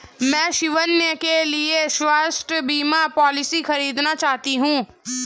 मैं स्वयं के लिए स्वास्थ्य बीमा पॉलिसी खरीदना चाहती हूं